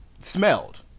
Smelled